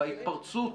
וההתפרצות